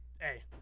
hey